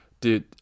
Dude